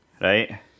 right